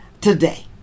today